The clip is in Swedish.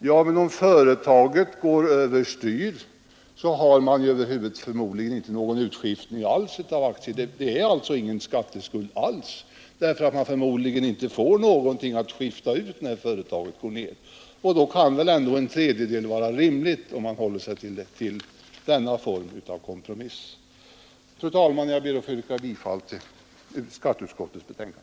Ja, men om företaget går över styr har man förmodligen över huvud inte någon utskiftning av vinster å aktier, och det finns alltså ingen skatteskuld alls. Då kan väl ändå en tredjedel vara rimlig som kompromiss. Fru talman! Jag ber att få yrka bifall till skatteutskottets hemställan.